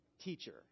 teacher